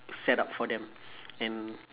setup for them and